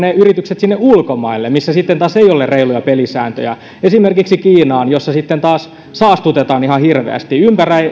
siirtää ne yritykset sinne ulkomaille missä sitten taas ei ole reiluja pelisääntöjä esimerkiksi kiinaan missä sitten taas saastutetaan ihan hirveästi